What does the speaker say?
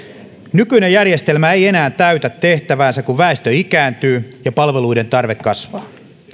nykyinen järjestelmä ei enää täytä tehtäväänsä kun väestö ikääntyy ja palveluiden tarve kasvaa